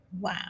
Wow